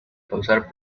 causar